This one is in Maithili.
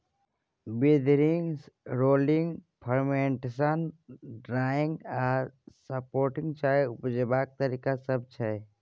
बिदरिंग, रोलिंग, फर्मेंटेशन, ड्राइंग आ सोर्टिंग चाय उपजेबाक तरीका सब छै